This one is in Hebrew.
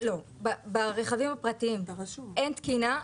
ברכבים הפרטיים אין תקינה,